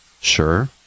Sure